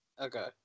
Okay